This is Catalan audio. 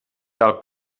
tal